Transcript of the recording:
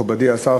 מכובדי השר,